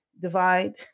divide